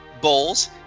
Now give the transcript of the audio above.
bowls